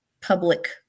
public